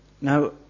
Now